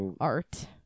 art